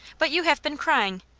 but you have been cryvtv.